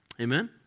Amen